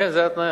כן, זו ההתניה.